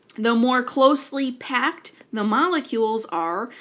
the more closely packed the molecules are,